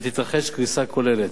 ותתרחש קריסה כוללת.